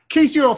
Casey